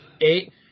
Eight